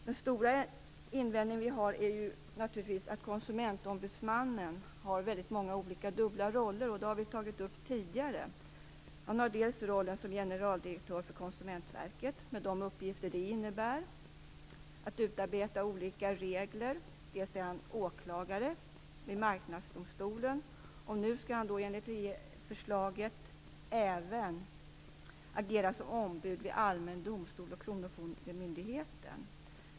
Den stora invändningen vi har är naturligtvis att Konsumentombudsmannen har många olika roller. Det har vi tagit upp tidigare. Han är dels generaldirektör för Konsumentverket, med de uppgifter det innebär att utarbeta olika regler, dels åklagare i Marknadsdomstolen. Nu skall han enligt förslaget även agera som ombud vid allmän domstol och kronofogdemyndighet.